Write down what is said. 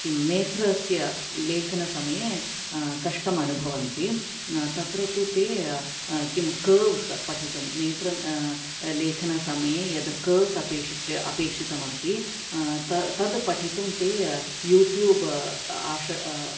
किं नेत्रस्य लेखनसमये कष्टमनुभवन्ति तत्र तु ते किं कर्व्स् पठितुं नेत्रं लेखनसमये यत् कर्व्स् अपेक्षितमस्ति तद् पठितुं ते यूट्युब् आश